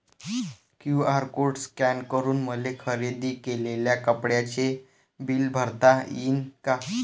QR code scan करून मले खरेदी केलेल्या कापडाचे बिल भरता यीन का?